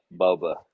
Boba